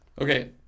Okay